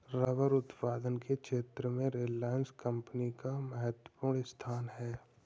rubber उत्पादन के क्षेत्र में रिलायंस कम्पनी का महत्त्वपूर्ण स्थान है